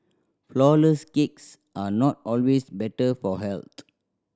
flourless cakes are not always better for health